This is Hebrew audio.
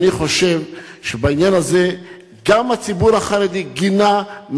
אני חושב שבעניין הזה גם הציבור החרדי גינה,